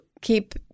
keep